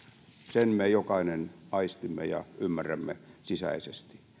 sen me jokainen aistimme ja ymmärrämme sisäisesti